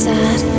Sad